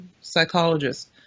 psychologist